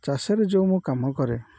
ଚାଷରେ ଯେଉଁ ମୁଁ କାମ କରେ